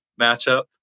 matchup